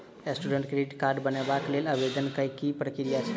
Student credit card बनेबाक लेल आवेदन केँ की प्रक्रिया छै?